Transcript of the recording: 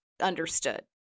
understood